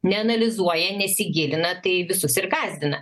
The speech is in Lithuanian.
neanalizuoja nesigilina tai visus ir gąsdina